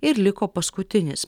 ir liko paskutinis